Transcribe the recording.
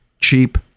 Cheap